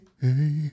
hey